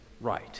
Right